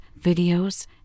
videos